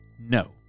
no